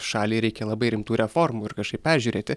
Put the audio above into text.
šaliai reikia labai rimtų reformų ir kažkaip peržiūrėti